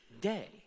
day